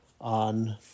on